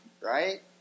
right